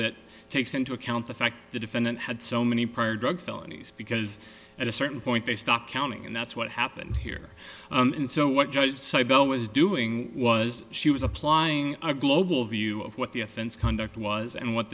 that takes into account the fact the defendant had so many prior drug felonies because at a certain point they stopped counting and that's what happened here and so what judge bell was doing was she was applying a global view of what the offense conduct was and what